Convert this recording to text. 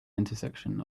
intersection